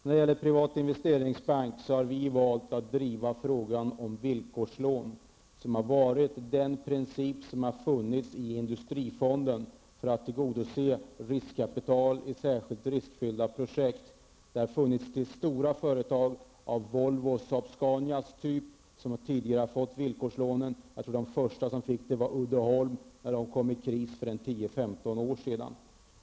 Vad gäller en privat investeringsbank har vi valt att driva frågan om villkorslån. Det har varit den princip som har använts inom industrifonden för att tillgodose riskkapital i särskilt riskfyllda projekt. Det har varit stora företag av Volvos och Saab Scanias typ som tidigare har fått villkorslån. Jag tror det första företag som fick ett sådant lån var Uddeholm, när företaget kom i kris för 10--15 år sedan.